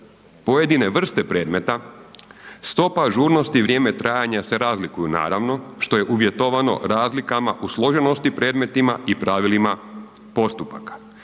pojedine vrste predmeta, stopa ažurnosti i vrijeme trajanja se razliku naravno što je uvjetovano razlikama u složenosti predmetima i pravilima postupaka.